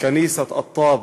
"כַּנִיסַת א-טאבע'ה",